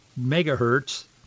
megahertz